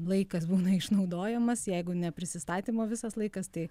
laikas būna išnaudojamas jeigu ne prisistatymo visas laikas tai